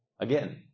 again